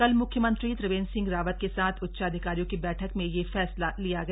कल म्ख्यमंत्री त्रिवेन्द्र सिंह रावत के साथ उच्चाधिकारियों की बैठक में यह फैसला लिया गया